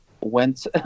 went